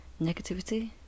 negativity